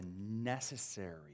necessary